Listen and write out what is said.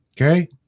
Okay